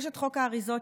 יש חוק האריזות,